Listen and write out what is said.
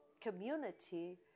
community